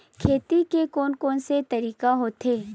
खेती के कोन कोन से तरीका होथे?